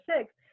six